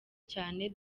cyane